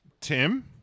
Tim